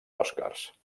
oscars